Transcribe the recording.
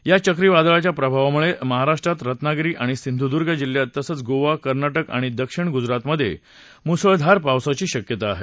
या चक्रीवादळाच्या प्रभावामुळे महाराष्ट्रात रत्नागिरी आणि सिंधुदुर्ग जिल्ह्यात तसंच गोवा कर्नाटक आणि दक्षिण गुजरातमध्ये मुसळधार पावसाची शक्यता आहे